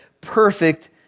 perfect